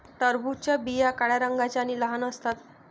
टरबूजाच्या बिया काळ्या रंगाच्या आणि लहान असतात